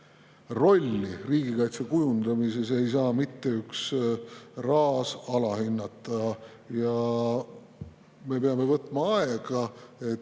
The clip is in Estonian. rolli riigikaitse kujundamisel ei või mitte üks raas alahinnata. Me peame võtma aega, et